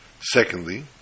Secondly